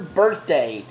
birthday